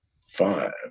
five